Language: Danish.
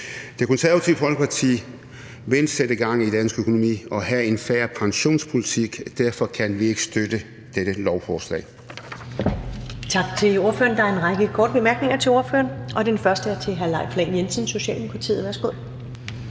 Det Konservative Folkeparti vil sætte gang i dansk økonomi og have en fair pensionspolitik. Derfor kan vi ikke støtte dette lovforslag.